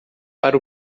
para